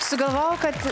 sugalvojau kad